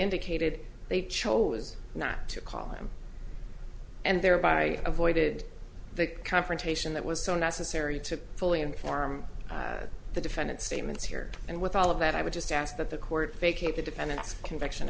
indicated they chose not to call him and thereby avoided the confrontation that was so necessary to fully inform the defendant's statements here and with all of that i would just ask that the court vacate the defendant's conviction